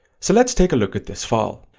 so let's take a look at this file.